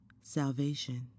salvation